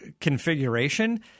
configuration